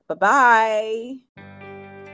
Bye-bye